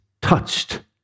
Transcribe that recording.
touched